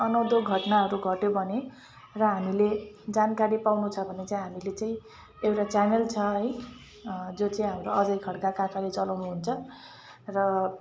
अनौठो घटनाहरू घट्यो भने र हामीले जानकारी पाउन छ भने चाहिँ हामीले चाहिँ एउटा च्यानल छ है जो चाहिँ हाम्रो अजय खड्का काकाले चलाउनु हुन्छ र